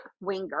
Winger